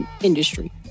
industry